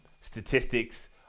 statistics